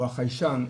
או החיישן,